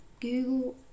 Google